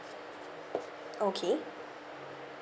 okay